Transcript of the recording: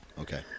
Okay